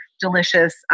delicious